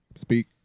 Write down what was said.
speak